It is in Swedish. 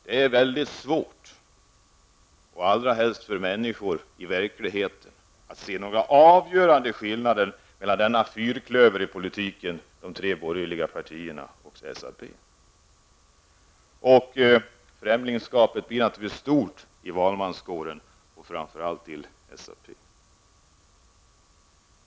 Då är det väldigt svårt för människorna i verkligheten att se några avgörande skillnader i denna fyrklövern i politiken: Främlingskapet blir naturligtvis stort i valmanskåren och framför allt inom SAP.